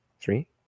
three